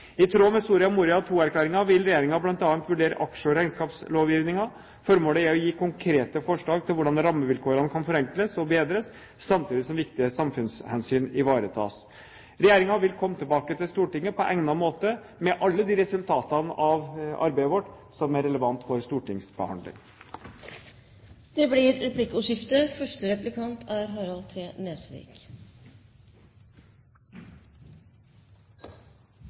I tråd med Soria Moria II-erklæringen vil regjeringen bl.a. vurdere aksje- og regnskapslovgivningen. Formålet er å komme med konkrete forslag til hvordan rammevilkårene kan forenkles og bedres, samtidig som viktige samfunnshensyn ivaretas. Regjeringen vil komme tilbake til Stortinget på egnet måte med alle de resultatene av arbeidet vårt som er relevant for stortingsbehandling. Det blir replikkordskifte.